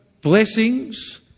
blessings